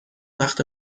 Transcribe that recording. وقت